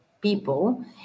people